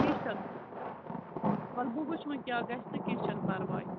کیٚنٛہہ چھُنہٕ وَلہٕ بہٕ وٕچھٕ وۅنۍ کیٛاہ گژھِ تہٕ کیٚنٛہہ چھُنہٕ پَرواے